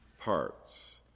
parts